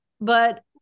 But-